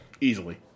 Easily